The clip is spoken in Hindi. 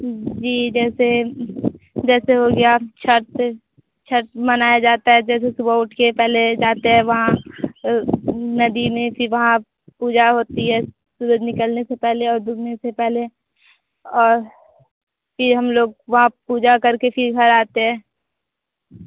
जी जैसे जैसे हो गया छठ छठ मनाया जाता है जैसे सुबह उठ कर पहले जाते हैं वहाँ नदी में फिर वहाँ पूजा होती है सूरज निकलने से पहले और डूबने से पहले और फिर हम लोग वहाँ पूजा करके फिर घर आते हैं